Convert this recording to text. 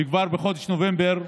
וכבר בחודש נובמבר,